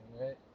right